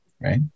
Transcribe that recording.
right